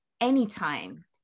anytime